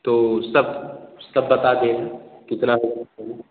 तो सब सब बता दें कितना होगा